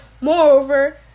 Moreover